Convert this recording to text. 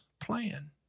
plan